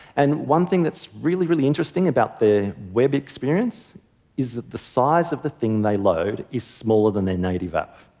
and one thing that's really, really interesting about the web experience is that the size of the thing they load is smaller than their native app.